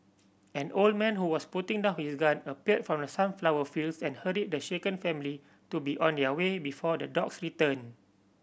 an old man who was putting down his gun appeared from the sunflower fields and hurried the shaken family to be on their way before the dogs return